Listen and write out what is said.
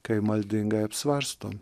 kai maldingai apsvarsto